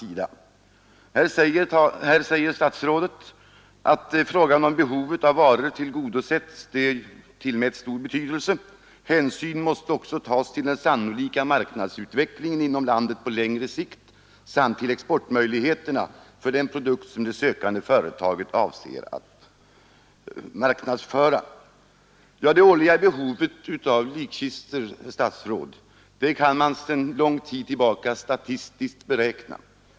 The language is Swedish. Statsrådet säger att frågan om huruvida behovet av varor är tillgodosett tillmäts stor betydelse, och han säger vidare: ”Hänsyn måste också tas till den sannolika marknadsutvecklingen inom landet på längre sikt liksom till exportmöjligheterna för den produkt som det sökande företaget avser att marknadsföra.” Det årliga behovet av likkistor, herr statsråd, kan man sedan lång tid tillbaka statistiskt beräkna.